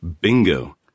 Bingo